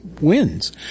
wins